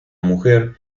mujer